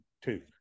two